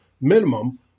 minimum